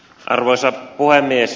arvoisa puhemies